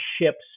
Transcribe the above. ships